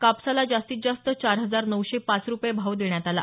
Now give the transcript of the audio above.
कापसाला जास्तीत जास्त चार हजार नऊशे पाच रुपये भाव देण्यात आला